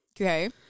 Okay